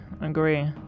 Agree